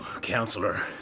counselor